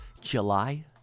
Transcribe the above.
July